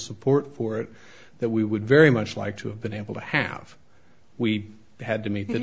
support for it that we would very much like to have been able to have we had to meet the